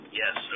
yes